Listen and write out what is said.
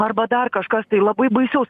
arba dar kažkas tai labai baisaus